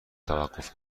توقف